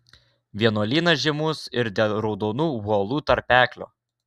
vienuolynas žymus ir dėl raudonų uolų tarpeklio